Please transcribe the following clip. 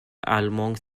allemands